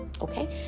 okay